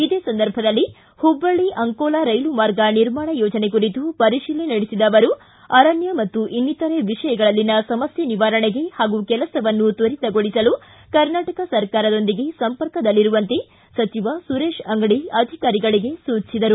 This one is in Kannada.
ಇದೇ ಸಂದರ್ಭದಲ್ಲಿ ಹುಬ್ಬಳ್ಳಿ ಅಂಕೋಲಾ ರೈಲು ಮಾರ್ಗ ನಿರ್ಮಾಣ ಯೋಜನೆ ಕುರಿತು ಪರಿಶೀಲನೆ ನಡೆಸಿದ ಆವರು ಅರಣ್ಯ ಮತ್ತು ಇನ್ನಿತರೆ ವಿಷಯಗಳಲ್ಲಿನ ಸಮಸ್ಯ ನಿವಾರಣೆಗೆ ಹಾಗೂ ಕೆಲಸವನ್ನು ತ್ವರಿತಗೊಳಿಸಲು ಕರ್ನಾಟಕ ಸರ್ಕಾರೊಂದಿಗೆ ಸಂಪರ್ಕದಲ್ಲಿರುವಂತೆ ಸಚಿವ ಸುರೇಶ ಅಂಗಡಿ ಅಧಿಕಾರಿಗಳಿಗೆ ಸೂಚಿಸಿದರು